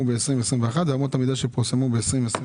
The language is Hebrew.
ב-2021 ואמות המידה שפורסמו ב-2022.